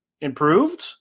improved